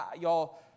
Y'all